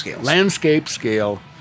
landscape-scale